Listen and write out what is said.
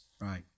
Right